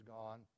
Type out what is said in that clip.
gone